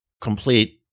complete